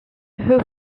who